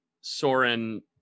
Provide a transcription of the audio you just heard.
soren